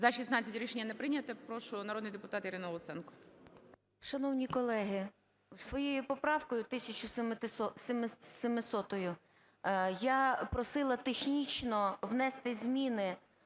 За-16 Рішення не прийнято. Прошу, народний депутат Ірина Луценко. 10:48:50 ЛУЦЕНКО І.С. Шановні колеги, своєю поправкою 1700 я просила технічно внести зміни